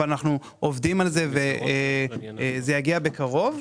אבל אנחנו עובדים על זה וזה יגיע בקרוב.